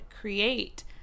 create